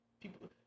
people